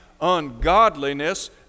ungodliness